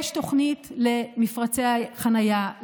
יש תוכנית למפרצי חניה,